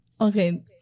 Okay